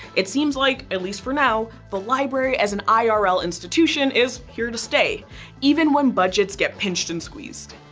it seems like at least for now the library as an ah irl institution is here to stay even when budgets get pinched and squeezed.